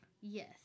Yes